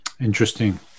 Interesting